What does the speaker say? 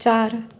चार